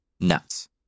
nuts